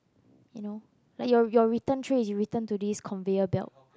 you know like your your return tray is return to this conveyor belt